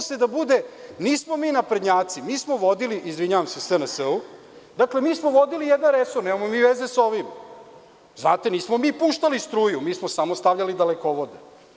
Nemojte posle da bude – nismo mi, naprednjaci, mi smo vodili, izvinjavam se SNS-u, dakle, mi smo vodili jedan resor, nemamo mi veze s ovim, jel znate, nismo mi puštali struju, mi smo samo stavljali dalekovode.